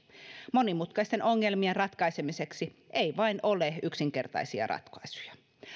monimutkaisten ongelmien ratkaisemiseksi ei vain ole yksinkertaisia ratkaisuja